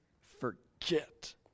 forget